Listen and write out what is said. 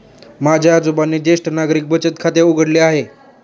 माझ्या आजोबांनी ज्येष्ठ नागरिक बचत खाते उघडले आहे